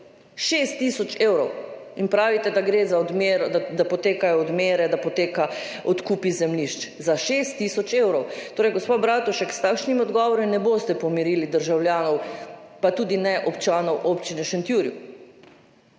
6 tisoč evrov in pravite, da potekajo odmere, da potekajo odkupi zemljišč. Za 6 tisoč evrov? Torej gospa Bratušek, s takšnim odgovorom ne boste pomirili državljanov, pa tudi ne občanov občine v Šentjurju.